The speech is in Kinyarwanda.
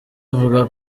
avuga